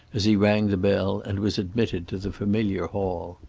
as he rang the bell and was admitted to the familiar hall.